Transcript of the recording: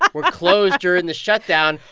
ah were closed during the shutdown.